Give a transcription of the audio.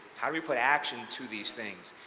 how do we put action to these things.